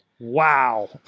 wow